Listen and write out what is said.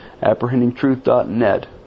ApprehendingTruth.net